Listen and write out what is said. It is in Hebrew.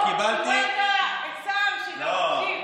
אני קיבלתי, יש פה שר שמקשיב.